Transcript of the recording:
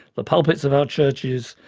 the pulpits of our churches,